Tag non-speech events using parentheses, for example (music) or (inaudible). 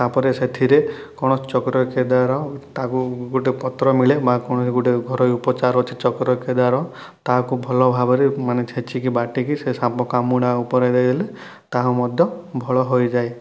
ତା'ପରେ ସେଥିରେ କୌଣସି ଦ୍ୱାରା ତାକୁ ଗୋଟେ ପତ୍ର ମିଳେ (unintelligible) ଗୋଟେ ଘରୋଇ ଉପଚାର ଅଛି ଚକ୍ର ଖେଦାର ତାକୁ ଭଲ ଭାବରେ ମାନେ ଛେଚିକି ବାଟିକି ସେ ସାପ କାମୁଡ଼ା ଉପରେ ଦେଇ ଦେଲେ ତାହା ମଧ୍ୟ ଭଲ ହୋଇଯାଏ